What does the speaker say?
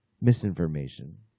misinformation